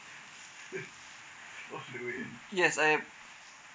yes I am